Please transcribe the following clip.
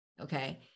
okay